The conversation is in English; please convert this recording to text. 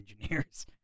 engineers